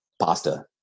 Pasta